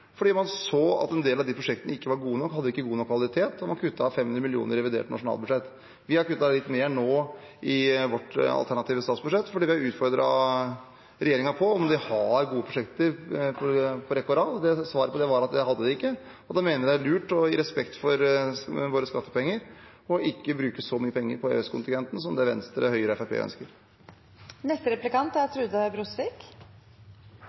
man så at en del av de prosjektene ikke var gode nok, ikke hadde god nok kvalitet, og man kuttet 500 mill. kr i revidert nasjonalbudsjett. Vi har kuttet litt mer nå i vårt alternative statsbudsjett fordi vi har utfordret regjeringen på om de har gode prosjekter på rekke og rad. Svaret på det var at det hadde de ikke, og da mener vi det er lurt – i respekt for våre skattepenger – ikke å bruke så mye penger på EØS-kontingenten som det Venstre, Høyre og